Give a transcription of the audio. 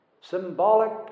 Symbolic